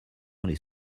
les